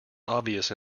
obvious